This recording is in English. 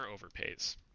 overpays